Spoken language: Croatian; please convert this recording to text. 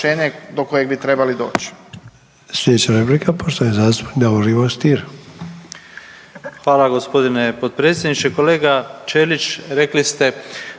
Hvala g. potpredsjedniče. Kolega Ćelić, rekli ste